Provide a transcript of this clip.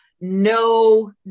No